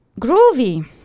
Groovy